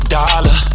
dollar